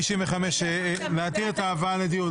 95, להתיר את ההבאה לדיון?